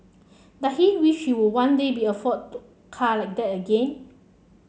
does he wish we would one day be afford to car like that again